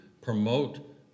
promote